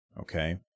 okay